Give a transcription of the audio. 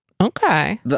okay